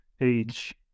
age